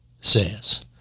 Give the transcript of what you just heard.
says